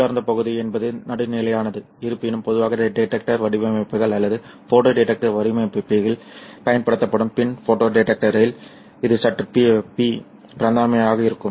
உள்ளார்ந்த பகுதி என்பது நடுநிலையானது இருப்பினும் பொதுவாக டிடெக்டர் வடிவமைப்புகள் அல்லது ஃபோட்டோ டிடெக்டர் வடிவமைப்புகளில் பயன்படுத்தப்படும் PIN ஃபோட்டோ டிடெக்டரில் இது சற்று P பிராந்தியமாக இருக்கும்